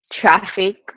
traffic